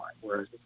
whereas